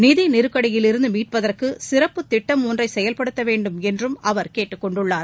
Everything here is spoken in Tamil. நிதி நெருக்கடியிலிருந்து மீட்பதற்கு சிறப்புத் திட்டம் ஒன்றை செயல்படுத்த வேண்டும் என்றும் அவர் கேட்டுக்கொண்டுள்ளார்